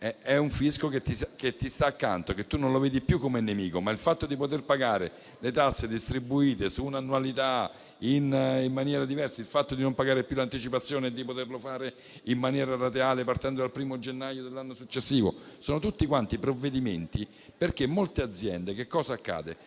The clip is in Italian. è un fisco che ti sta accanto e che tu non vedi più come nemico. Il fatto di poter pagare le tasse distribuite su una annualità in maniera diversa, il fatto di non pagare più l'anticipazione e di poterlo fare in maniera rateale, partendo dal primo gennaio dell'anno successivo, sono tutti quanti provvedimenti che vanno in tal senso. Cosa accade